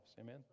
Amen